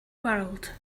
world